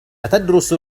أتدرس